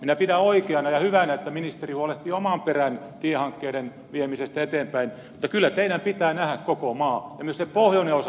minä pidän oikeana ja hyvänä että ministeri huolehtii oman perän tiehankkeiden viemisestä eteenpäin mutta kyllä teidän pitää nähdä koko maa ja myös se pohjoinen osa maasta